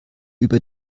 über